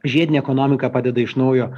žiedinė ekonomika padeda iš naujo